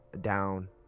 down